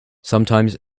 sometimes